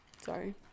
Sorry